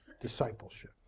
discipleship